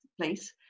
place